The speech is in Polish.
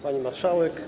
Pani Marszałek!